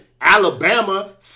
Alabama